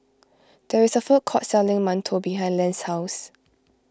there is a food court selling Mantou behind Lance's house